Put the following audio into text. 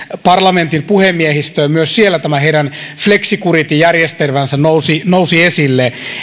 parlamentin puhemiehistöä ja myös siellä tämä heidän flexicurity järjestelmänsä nousi nousi esille